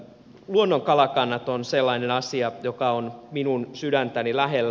luonnon kalakannat ovat sellainen asia joka on minun sydäntäni lähellä